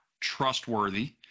trustworthy